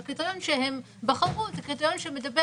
והקריטריון שהם בחרו זה קריטריון שמדבר